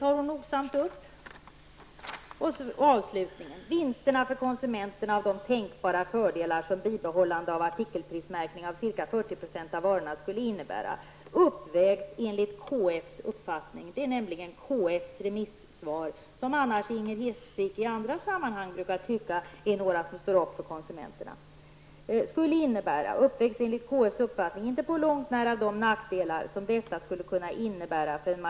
Och så avslutar hon med att vinsterna för konsumenterna av de tänkbara fördelar som ett bibehållande av artikelprismärkningen av ca 40 % av varorna skulle innebära inte på långt när uppvägs av de nackdelar som detta skulle kunna innebära för en majoritet av konsumenterna genom att det motverkar kostnadssänkningar och effektivitetsförbättringar på både kort och lång sikt.